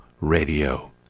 radio